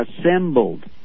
assembled